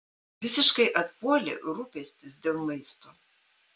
visiškai atpuolė rūpestis dėl maisto